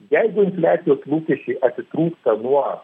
jeigu infliacijos lūkesčiai atitrūksta nuo